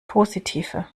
positive